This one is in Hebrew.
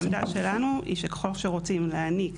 העמדה שלנו היא שככל שרוצים להעניק